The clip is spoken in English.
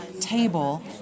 table